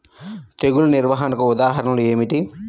తెగులు నిర్వహణకు ఉదాహరణలు ఏమిటి?